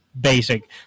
basic